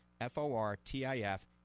F-O-R-T-I-F